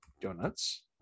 donuts